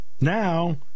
Now